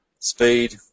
Speed